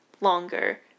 longer